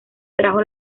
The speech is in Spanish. trajo